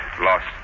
Lost